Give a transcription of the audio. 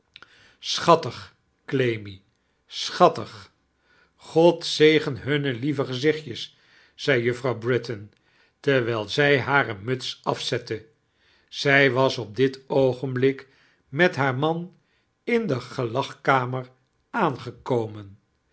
ojemmy schattig god zegen hunne lieve geaichtjes zei juffrouw britain terwijl zij hare mute afzette zij was op dit oogenblik met haar man in de gelagkameir aangekomen